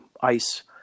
ice